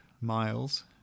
miles